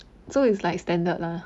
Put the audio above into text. so it's like standard lah